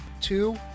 two